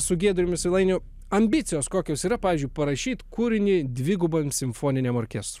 su giedriumi svilainiu ambicijos kokios yra pavyzdžiui parašyt kūrinį dvigubam simfoniniam orkestrui